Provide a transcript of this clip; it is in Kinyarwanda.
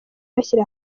bashyira